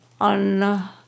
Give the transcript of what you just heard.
on